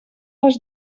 les